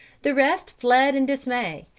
the rest fled in dismay,